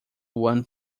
one